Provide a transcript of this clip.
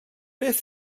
beth